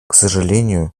сожалению